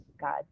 God